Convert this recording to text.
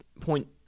point